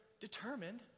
determined